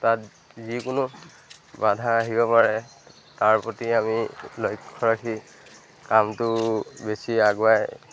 তাত যিকোনো বাধা আহিব পাৰে তাৰ প্ৰতি আমি লক্ষ্য ৰাখি কামটো বেছি আগুৱাই